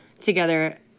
together